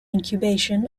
incubation